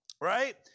Right